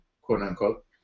quote-unquote